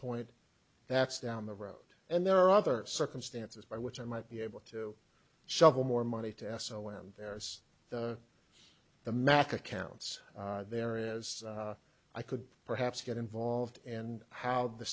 point that's down the road and there are other circumstances by which i might be able to shovel more money to s l when there is the mac accounts there is i could perhaps get involved and how the